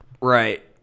Right